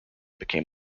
became